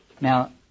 Now